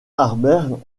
harbert